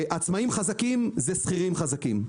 עצמאיים חזקים זה שכירים חזקים.